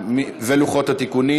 ולוחות התיקונים.